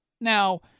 Now